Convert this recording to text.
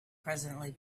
presently